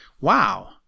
Wow